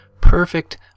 perfect